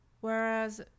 whereas